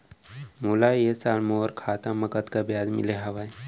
मोला ए साल मोर खाता म कतका ब्याज मिले हवये?